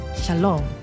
Shalom